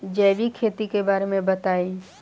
जैविक खेती के बारे में बताइ